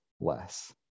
less